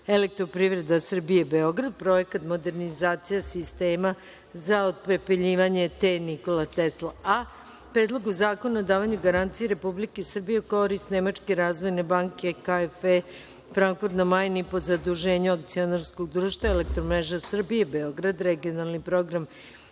„Elektroprivreda Srbije“, Beograd (Projekat „Modernizacije sistema za otpepeljivanje TE Nikola Tesla A“), Predlogu zakona o davanju garancije Republike Srbije u korist Nemačke razvojne banke KfW, Frankfurt na Majni, po zaduženju Akcionarskog društva „Elektromreže Srbije“, Beograd (Regionalni program